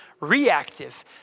reactive